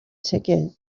ticket